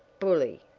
bully,